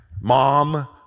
mom